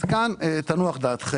כאן תנוח דעתכם.